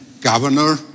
Governor